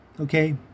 okay